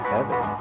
Heaven